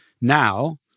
now